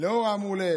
לאור האמור,